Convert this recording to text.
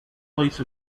place